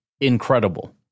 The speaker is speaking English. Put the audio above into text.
incredible